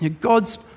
God's